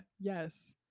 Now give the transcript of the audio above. yes